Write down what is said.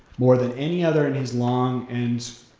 more than any other in his long and